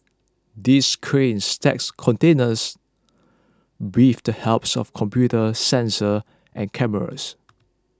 these cranes stack containers with the helps of computers sensors and cameras